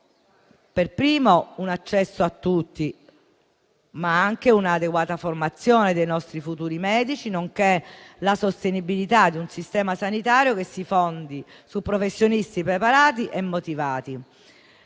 *in primis* un accesso a tutti, ma anche un'adeguata formazione dei nostri futuri medici, nonché la sostenibilità di un Sistema sanitario che si fondi su professionisti preparati e motivati.